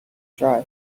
dry